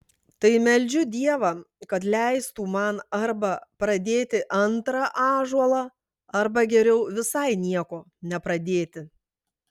tai meldžiu dievą kad leistų man arba pradėti antrą ąžuolą arba geriau visai nieko nepradėti